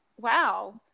wow